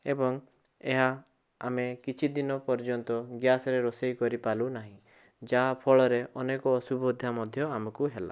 ଏବଂ ଏହା ଆମେ କିଛିଦିନ ପର୍ଯ୍ୟନ୍ତ ଗ୍ୟାସ୍ ରେ ରୋଷେଇ କରିପାରିଲୁ ନାହିଁ ଯାହାଫଳରେ ଅନେକ ଅସୁବିଧା ମଧ୍ୟ ଆମକୁ ହେଲା